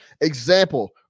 Example